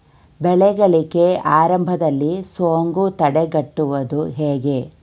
ಬೆಳೆಗಳಿಗೆ ಆರಂಭದಲ್ಲಿ ಸೋಂಕು ತಡೆಗಟ್ಟುವುದು ಹೇಗೆ?